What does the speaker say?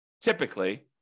typically